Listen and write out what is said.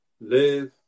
Live